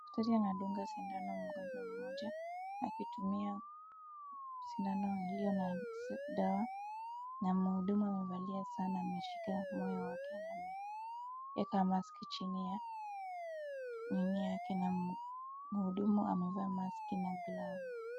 Daktari anadunga sindano mgonjwa mmoja akitumia sindano hiyo na dawa na mhudumu amevalia saa na ameshika moyo wake na ameeka mask chini ya nini yake na mhudumu amevaa maski na glavu.